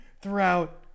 throughout